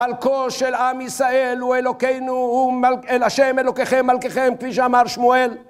מלכו של עם ישראל הוא אלוקינו, הוא אל השם, אלוקיכם, מלכיכם, כפי שאמר שמואל.